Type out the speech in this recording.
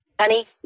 Honey